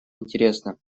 интересно